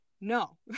no